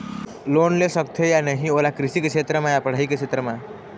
Loan ले सकथे या नहीं ओला कृषि क्षेत्र मा या पढ़ई के क्षेत्र मा?